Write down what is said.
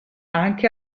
anche